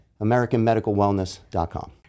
americanmedicalwellness.com